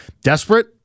desperate